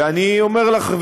ואני אומר לך,